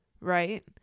right